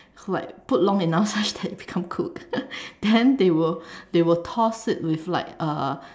like put long enough that it become cooked then they will they will toss it with like uh